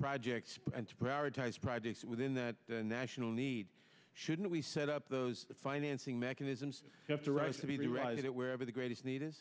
projects and to prioritize projects within that national need shouldn't we set up those financing mechanisms to rise to the right it wherever the greatest ne